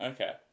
Okay